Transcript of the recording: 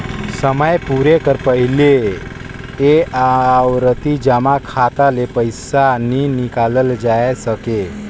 समे पुरे कर पहिले ए आवरती जमा खाता ले पइसा नी हिंकालल जाए सके